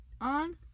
on